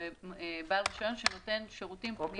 זה בעל רישיון שנותן שירותים פנים ארציים.